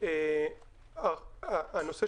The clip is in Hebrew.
היום התנאי